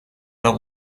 the